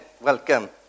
welcome